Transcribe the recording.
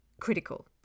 critical